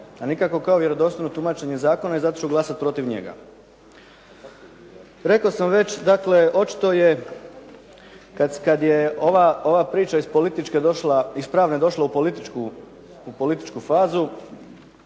a nikako kao vjerodostojno tumačenje zakona i zato ću glasati protiv njega. Rekao sam već, dakle očito je kad je ova priča iz pravne došla u političku fazu,